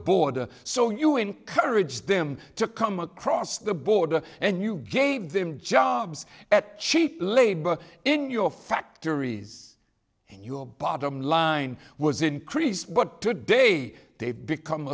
border so you encouraged them to come across the border and you gave them jobs at cheap labor in your factories and your bottom line was increased but today they've become